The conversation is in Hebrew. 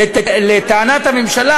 לטענת הממשלה,